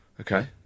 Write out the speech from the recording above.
Okay